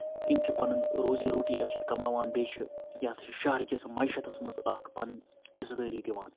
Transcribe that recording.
تِم چھِ پَنُن روزی روٹی اَمہِ سۭتۍ کَماوان بیٚیہِ چھِ یَتھ شَہرکِس مَیشتَس منٛز اَکھ پَنٕنۍ حِصہٕ دٲری دِوان